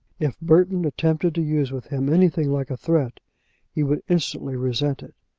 if burton attempted to use with him anything like a threat he would instantly resent it.